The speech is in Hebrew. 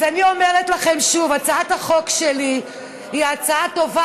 אז אני אומרת לכם שוב: הצעת החוק שלי היא הצעה טובה,